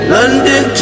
London